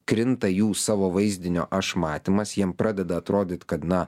krinta jų savo vaizdinio aš matymas jiem pradeda atrodyt kad na